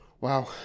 Wow